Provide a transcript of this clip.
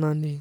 na nti.